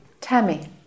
Tammy